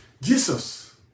Jesus